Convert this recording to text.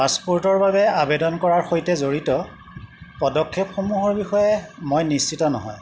পাছপোৰ্টৰ বাবে আবেদন কৰাৰ সৈতে জড়িত পদক্ষেপসমূহৰ বিষয়ে মই নিশ্চিত নহয়